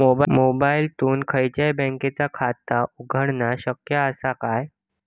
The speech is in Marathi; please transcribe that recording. मोबाईलातसून खयच्याई बँकेचा खाता उघडणा शक्य असा काय?